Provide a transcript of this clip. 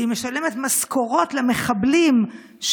והיא משלמת משכורות למחבלים.